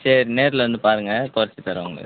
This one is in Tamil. சரி நேர்ல வந்து பாருங்கள் குறச்சி தர்றேன் உங்களுக்கு